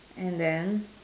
and then